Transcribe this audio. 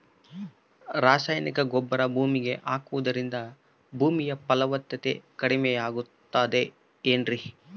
ರಾಸಾಯನಿಕ ಗೊಬ್ಬರ ಭೂಮಿಗೆ ಹಾಕುವುದರಿಂದ ಭೂಮಿಯ ಫಲವತ್ತತೆ ಕಡಿಮೆಯಾಗುತ್ತದೆ ಏನ್ರಿ?